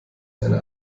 eine